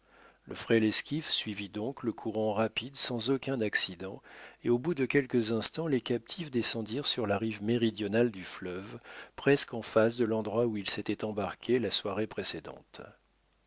le frêle esquif suivit donc le courant rapide sans aucun accident et au bout de quelques instants les captifs descendirent sur la rive méridionale du fleuve presque en face de l'endroit où ils s'étaient embarqués la soirée précédente